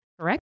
correct